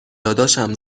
داداشم